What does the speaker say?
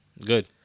Good